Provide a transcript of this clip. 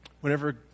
whenever